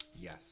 Yes